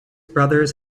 brothers